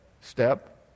step